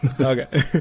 Okay